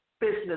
business